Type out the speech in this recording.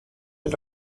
els